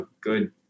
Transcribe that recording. good